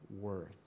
worth